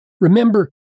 Remember